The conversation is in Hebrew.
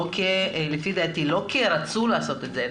לא כי רצו לעשות את זה,